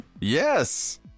Yes